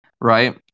right